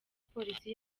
polisi